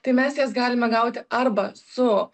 tai mes jas galime gauti arba su